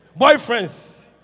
Boyfriends